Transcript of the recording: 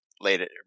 later